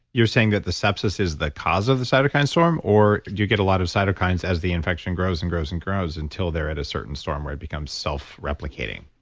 you're saying that the sepsis is the cause of the cytokine storm? or, do you get a lot of cytokines as the infection grows and grows and grows, until they're at a certain storm where it becomes self-replicating?